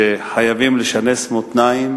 שחייבים לשנס מותניים